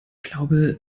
glaube